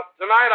tonight